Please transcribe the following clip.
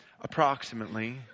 approximately